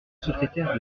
secrétaire